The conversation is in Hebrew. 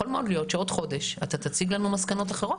יכול להיות שעוד חודש תציג לנו מסקנות אחרות.